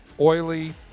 oily